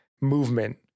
movement